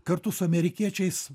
kartu su amerikiečiais